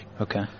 Okay